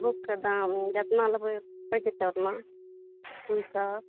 बुकके दाम जेतना लेबै ओहिके हिसाबसँ ने दू सए